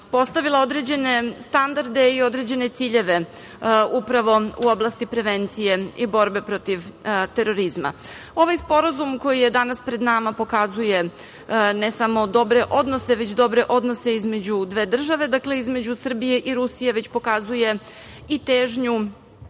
postavila određene standarde i određene ciljeve upravo u oblasti prevencije i borbe protiv terorizma. Ovaj sporazum koji je danas pred nama pokazuje ne samo dobre odnose između dve države, dakle, između Srbije i Rusije, već pokazuje i težnju